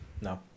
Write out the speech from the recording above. No